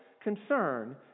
Concern